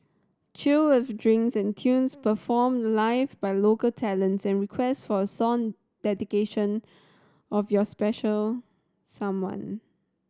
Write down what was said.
chill with drinks and tunes performed live by local talents and request for a song dedication of your special someone